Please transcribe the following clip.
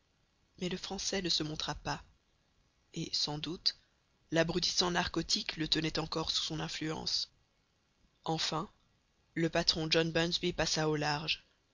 mais le français ne se montra pas et sans doute l'abrutissant narcotique le tenait encore sous son influence enfin le patron john bunsby passa au large